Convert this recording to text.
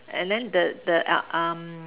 and then that the the uh um